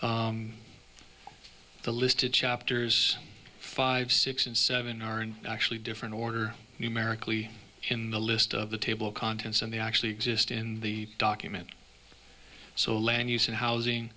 the list of chapters five six and seven are in actually different order numerically in the list of the table of contents and they actually exist in the document so land use and housing